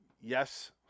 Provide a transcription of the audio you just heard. yes